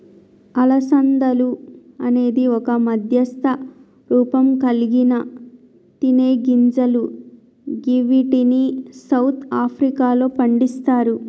అలసందలు అనేది ఒక మధ్యస్థ రూపంకల్గిన తినేగింజలు గివ్విటిని సౌత్ ఆఫ్రికాలో పండిస్తరు